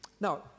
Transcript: now